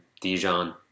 Dijon